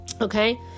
Okay